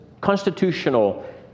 constitutional